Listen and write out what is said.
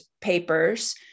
papers